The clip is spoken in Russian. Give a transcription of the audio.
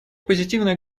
позитивное